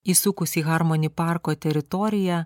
įsukus į harmoni parko teritoriją